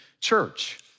church